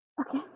Okay